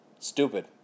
Stupid